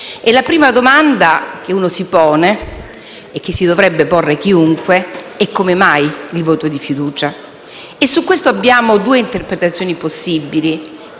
La prima domanda che ci si pone e che si dovrebbe porre chiunque è: come mai il voto di fiducia? Su questo abbiamo due interpretazioni possibili,